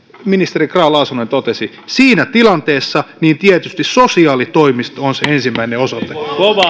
ministeri grahn laasonen totesi siinä tilanteessa tietysti sosiaalitoimisto on se ensimmäinen osoite